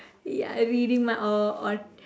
ya reading mind or or